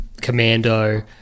Commando